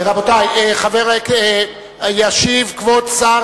רבותי, ישיב כבוד שר